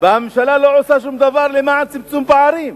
והממשלה לא עושה שום דבר למען צמצום פערים.